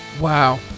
wow